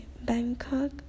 Bangkok